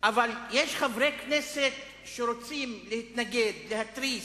אבל יש חברי כנסת שרוצים להתנגד, להתריס,